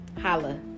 Holla